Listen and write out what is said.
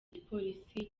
igipolisi